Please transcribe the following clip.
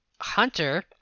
Hunter